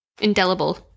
Indelible